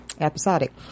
episodic